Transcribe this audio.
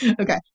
Okay